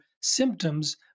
symptoms